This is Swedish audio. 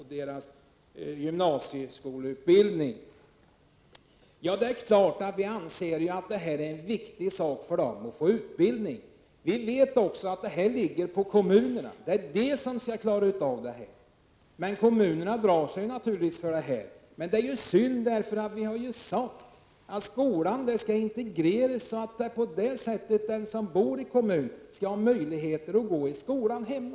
Det är klart att vi anser att det är viktigt för dem att få utbildning. Vi vet också att ansvaret ligger på kommunerna — det är de som skall klara detta. Men kommunerna drar sig naturligtvis för detta. Det är synd, eftersom vi har sagt att skolan skall integreras så att den som bor i en viss kommun skall ha möjlighet att gå i skolan hemma.